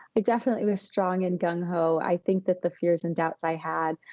definitely was strong and gung-ho. i think that the fears and doubts i had